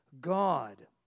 God